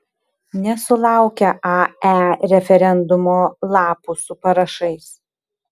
nesulaukia ae referendumo lapų su parašais